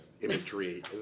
imagery